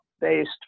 based